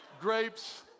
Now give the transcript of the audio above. Grapes